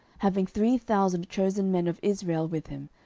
having three thousand chosen men of israel with him,